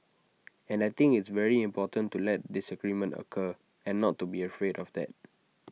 and I think it's very important to let disagreement occur and not to be afraid of that